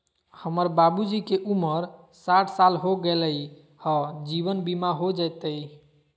हमर बाबूजी के उमर साठ साल हो गैलई ह, जीवन बीमा हो जैतई?